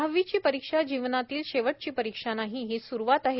दहावीची ही परीक्षा जीवनातील शेवटची परीक्षा नाही ही सुरुवात आहे